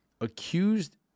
Accused